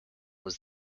was